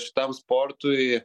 šitam sportui